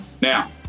now